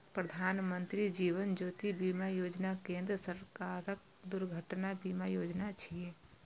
प्रधानमत्री जीवन ज्योति बीमा योजना केंद्र सरकारक दुर्घटना बीमा योजना छियै